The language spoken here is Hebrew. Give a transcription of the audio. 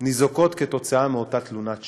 ניזוקות מאותה תלונת שווא.